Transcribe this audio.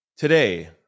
Today